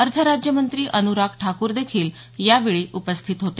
अर्थ राज्यमंत्री अन्राग ठाकूर हे देखील यावेळी उपस्थित होते